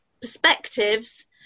perspectives